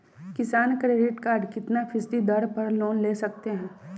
किसान credit card कितना फीसदी दर पर लोन ले सकते हैं?